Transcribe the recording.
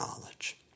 knowledge